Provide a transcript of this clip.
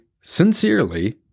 sincerely